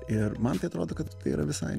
ir man tai atrodo kad tai yra visai